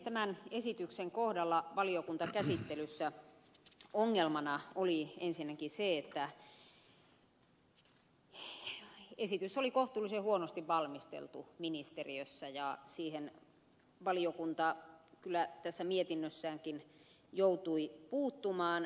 tämän esityksen kohdalla valiokuntakäsittelyssä ongelmana oli ensinnäkin se että esitys oli kohtuullisen huonosti valmisteltu ministeriössä ja siihen valiokunta kyllä tässä mietinnössäänkin joutui puuttumaan